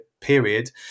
period